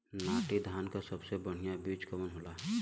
नाटी धान क सबसे बढ़िया बीज कवन होला?